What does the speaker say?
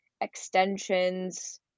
extensions